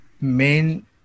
main